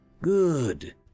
Good